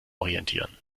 orientieren